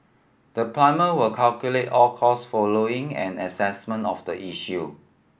the plumber will calculate all costs following an assessment of the issue